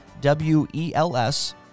W-E-L-S